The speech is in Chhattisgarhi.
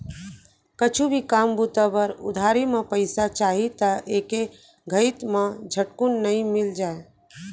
कुछु भी काम बूता बर उधारी म पइसा चाही त एके घइत म झटकुन नइ मिल जाय